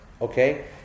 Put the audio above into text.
okay